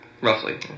Roughly